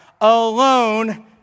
alone